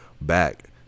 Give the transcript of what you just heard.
back